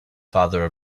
father